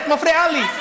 את מפריעה לי.